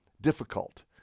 difficult